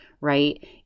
Right